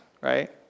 right